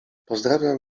pozdrawiam